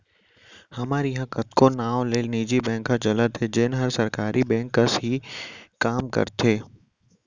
हमर इहॉं कतको नांव ले निजी बेंक ह चलत हे जेन हर सरकारी बेंक कस ही काम करत हे